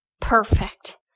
Perfect